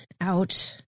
out